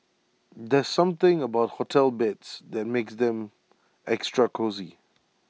there's something about hotel beds that makes them extra cosy